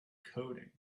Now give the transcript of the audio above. coding